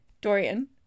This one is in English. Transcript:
Dorian